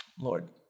Lord